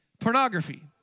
Pornography